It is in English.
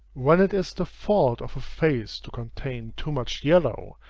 when it is the fault of a face to contain too much yellow,